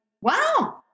wow